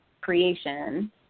creation